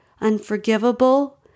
unforgivable